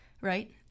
right